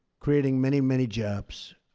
creating many, many jobs.